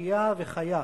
תחייה וחיה,